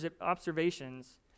observations